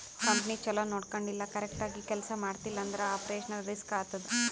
company ಛಲೋ ನೊಡ್ಕೊಂಡಿಲ್ಲ, correct ಆಗಿ ಕೆಲ್ಸಾ ಮಾಡ್ತಿಲ್ಲ ಅಂದುರ್ ಆಪರೇಷನಲ್ ರಿಸ್ಕ್ ಆತ್ತುದ್